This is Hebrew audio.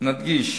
נדגיש